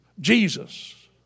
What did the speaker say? Jesus